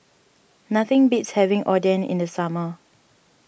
nothing beats having Oden in the summer